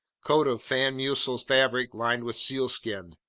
coat of fan-mussel fabric lined with sealskin.